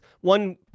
one